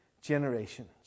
generations